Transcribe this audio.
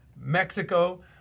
Mexico